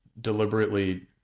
deliberately